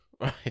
Right